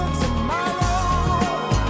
tomorrow